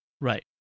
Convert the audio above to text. Right